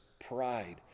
pride